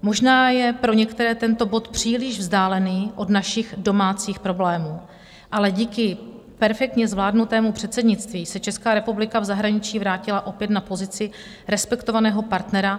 Možná je pro některé tento bod příliš vzdálený od našich domácích problémů, ale díky perfektně zvládnutému předsednictví se Česká republika v zahraničí vrátila opět na pozici respektovaného partnera.